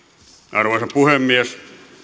arvoisa puhemies